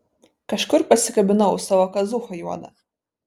kažkur pasikabinau savo kazūchą juodą